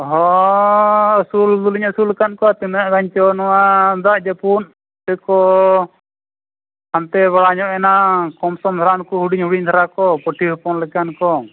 ᱦᱳᱭ ᱟᱹᱥᱩᱞ ᱫᱚᱞᱤᱧ ᱟᱹᱥᱩᱞ ᱠᱟᱫ ᱠᱚᱣᱟ ᱛᱤᱱᱟᱹᱜ ᱜᱟᱱ ᱪᱚᱝ ᱱᱚᱣᱟ ᱫᱟᱜ ᱡᱟᱹᱯᱩᱫ ᱤᱭᱟᱹ ᱠᱚ ᱯᱟᱱᱛᱮ ᱵᱟᱲᱟ ᱧᱚᱜ ᱮᱱᱟ ᱠᱚᱢ ᱥᱚᱢ ᱫᱷᱟᱨᱟ ᱩᱱᱠᱩ ᱦᱩᱰᱤᱧ ᱦᱩᱰᱤᱧ ᱫᱷᱟᱨᱟ ᱠᱚ ᱯᱟᱹᱴᱷᱤ ᱦᱚᱯᱚᱱ ᱞᱮᱠᱟᱱ ᱠᱚ